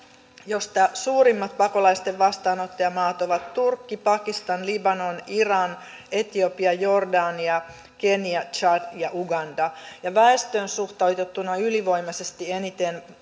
joista suurimmat pakolaisten vastaanottajamaat ovat turkki pakistan libanon iran etiopia jordania kenia tsad ja uganda väestöön suhteutettuna ylivoimaisesti eniten